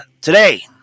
today